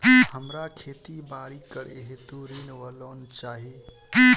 हमरा खेती बाड़ी करै हेतु ऋण वा लोन चाहि?